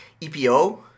EPO